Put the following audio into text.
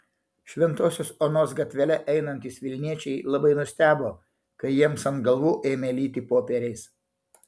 šventosios onos gatvele einantys vilniečiai labai nustebo kai jiems ant galvų ėmė lyti popieriais